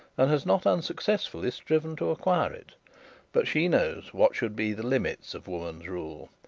and has not unsuccessfully striven to acquire it but she knows what should be the limits of woman's rule.